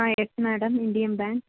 ah yes madam Indian bank